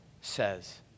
says